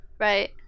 Right